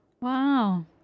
Wow